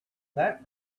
that